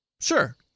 Sure